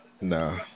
Nah